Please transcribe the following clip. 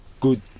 good